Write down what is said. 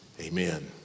Amen